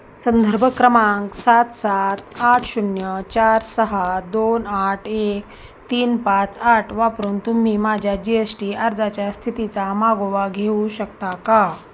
संदर्भ क्रमांक सात सात आठ शून्य चार सहा दोन आठ एक तीन पाच आठ वापरून तुम्ही माझ्या जी एश टी अर्जाच्या स्थितीचा मागोवा घेऊ शकता का